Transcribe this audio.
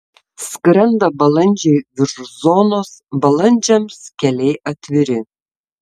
skrenda balandžiai virš zonos balandžiams keliai atviri